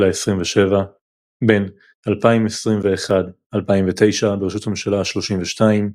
העשרים ושבע; בין 2009–2021 בראשות הממשלה השלושים ושתיים,